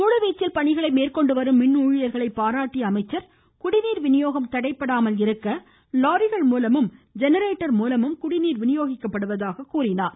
முழுவீச்சில் பணிகளை மேற்கொண்டு வரும் மின் ஊழியர்களை பாராட்டிய அமைச்சர் குடிநீர் வினியோகம் தடைபடாமல் இருக்க லாரிகள் மூலமும் ஜெனரேட்டர் மூலமும் குடிநீர் வினியோகிக்கப்படுவதாக எடுத்துரைத்தார்